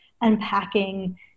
unpacking